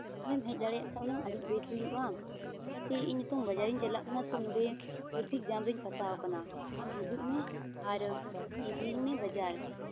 ᱟᱢᱮᱢ ᱦᱮᱡᱽ ᱫᱟᱲᱮᱭᱟᱜ ᱠᱷᱟᱡᱽ ᱦᱩᱱᱟᱹᱝ ᱟᱹᱰᱤ ᱵᱮᱥ ᱦᱩᱭᱩᱜᱼᱟ ᱪᱮᱠᱟᱹᱛᱮ ᱤᱧ ᱱᱤᱛᱳᱜ ᱵᱟᱡᱟᱨᱤᱧ ᱪᱟᱞᱟᱜ ᱠᱟᱱᱟ ᱛᱚ ᱱᱚᱸᱰᱮ ᱴᱨᱟᱯᱷᱤᱠ ᱡᱟᱢ ᱨᱤᱧ ᱯᱷᱟᱥᱟᱣᱟᱠᱟᱱᱟ ᱟᱢ ᱦᱤᱡᱩᱜ ᱢᱮ ᱟᱨ ᱤᱧ ᱤᱫᱤᱧᱢᱮ ᱵᱟᱡᱟᱨ